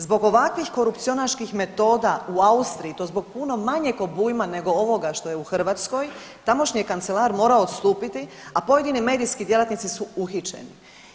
Zbog ovakvih korupcionaških metoda u Austriji to zbog puno manjeg obujma nego ovoga što je u Hrvatskoj tamošnji kancelar je morao odstupiti, a pojedini medijski djelatnici su uhićeni.